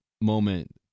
moment